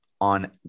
on